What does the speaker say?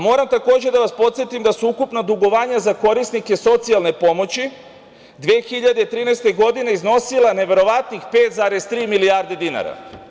Moram takođe da vas podsetim da su ukupna dugovanja za korisnike socijalne pomoći 2013. godine iznosila neverovatnih 5,3 milijarde dinara.